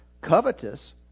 covetous